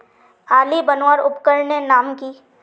आली बनवार उपकरनेर नाम की?